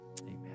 amen